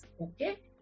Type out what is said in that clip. Okay